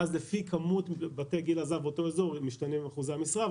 ואז לפי כמות בתי גיל הזהב באותו אזור משתנים אחוזי המשרה,